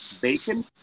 bacon